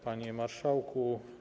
Panie Marszałku!